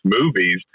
movies